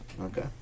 Okay